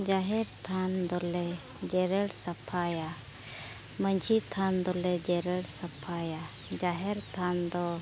ᱡᱟᱦᱮᱨ ᱛᱷᱟᱱ ᱫᱚᱞᱮ ᱡᱮᱨᱮᱲ ᱥᱟᱯᱷᱟᱭᱟ ᱢᱟᱺᱡᱷᱤ ᱛᱷᱟᱱ ᱫᱚᱞᱮ ᱡᱮᱨᱮᱲ ᱥᱟᱯᱷᱟᱭᱟ ᱡᱟᱦᱮᱨ ᱛᱷᱟᱱ ᱫᱚ